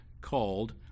called